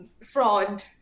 fraud